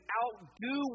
outdo